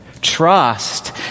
Trust